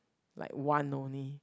like one only